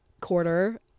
quarter